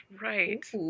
right